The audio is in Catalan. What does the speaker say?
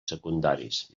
secundaris